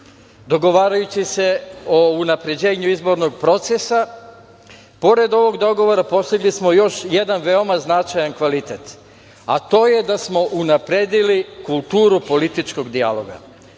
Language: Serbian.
birališta. Dogovarajući se o unapređenju izbornog procesa, pored ovoga dogovora, postigli smo još jedan veoma značajan kvalitet, a to je da smo unapredili kulturu političkog dijaloga.